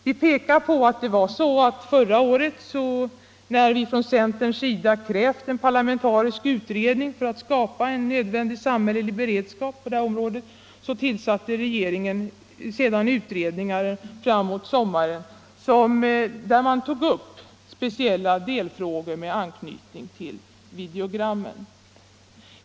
Vi erinrar om att förra året, när vi från centerns sida krävt en parlamentarisk utredning för att skapa en nödvändig samhällelig beredskap på detta område, så tillsatte regeringen frampå sommaren utredningar som tog upp speciella delfrågor med anknytning till videogrammen.